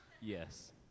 Yes